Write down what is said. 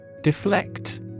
Deflect